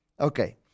Okay